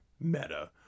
meta